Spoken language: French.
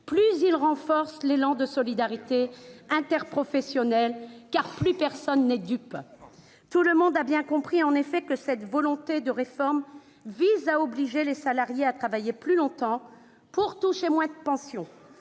plus ils renforcent l'élan de solidarité interprofessionnelle, car plus personne n'est dupe. Tout le monde a bien compris en effet que cette réforme visait à obliger les salariés à travailler plus longtemps pour toucher moins de pension,